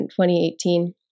2018